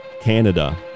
Canada